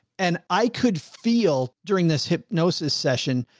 and i could feel during this hypnosis session,